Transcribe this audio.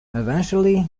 eventually